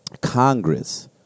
Congress